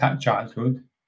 childhood